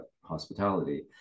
hospitality